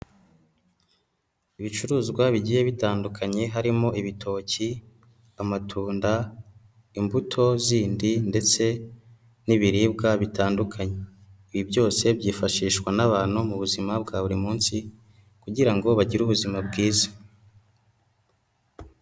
Ibicuruzwa bigiye bitandukanye harimo ibitoki, amatunda, imbuto zindi ndetse n'ibiribwa bitandukanye, ibi byose byifashishwa n'abantu mu buzima bwa buri munsi kugira ngo bagire ubuzima bwiza.